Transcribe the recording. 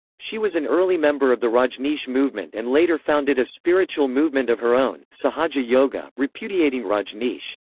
she was an early member of the rajneesh movement and later founded a spiritual movement of her own, sahaja yoga, repudiating rajneesh.